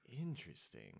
Interesting